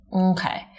Okay